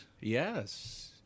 yes